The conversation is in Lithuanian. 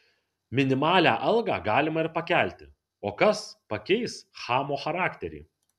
minimalią algą galima ir pakelti o kas pakeis chamo charakterį